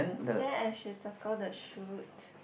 then I should circle the shoot